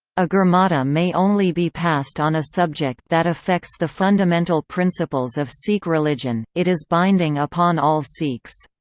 a gurmata may only be passed on a subject that affects the fundamental principles of sikh religion it is binding upon all sikhs.